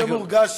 יותר מורגש